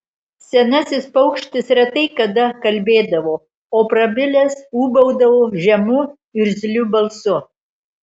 senasis paukštis retai kada kalbėdavo o prabilęs ūbaudavo žemu irzliu balsu